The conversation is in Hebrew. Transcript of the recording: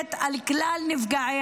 מדברת על כלל נפגעי